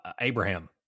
abraham